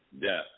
death